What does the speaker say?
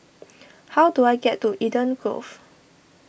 how do I get to Eden Grove